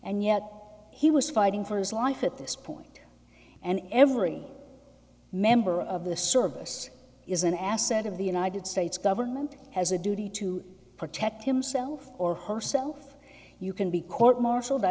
and yet he was fighting for his life at this point and every member of the service is an asset of the united states government has a duty to protect himself or herself you can be court marshal